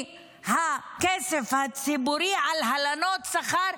מהכסף הציבורי על הלנות שכר,